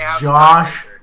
Josh